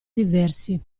diversi